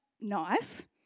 nice